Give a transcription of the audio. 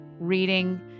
reading